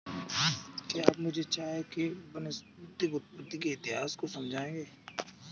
क्या आप मुझे चाय के वानस्पतिक उत्पत्ति के इतिहास को समझाएंगे?